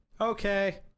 Okay